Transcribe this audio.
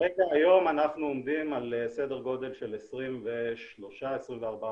כרגע היום אנחנו עומדים על סדר גודל של 24-23 עובדים.